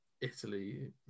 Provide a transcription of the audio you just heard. Italy